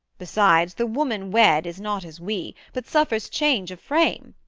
besides, the woman wed is not as we, but suffers change of frame.